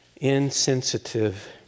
insensitive